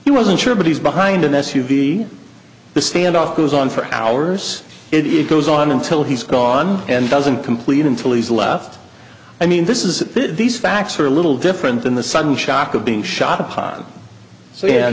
he wasn't sure but he's behind an s u v the standoff goes on for hours it goes on until he's gone and doesn't complete until he's left i mean this is these facts are a little different than the sudden shock of being shot upon so yeah